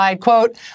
quote